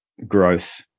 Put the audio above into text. growth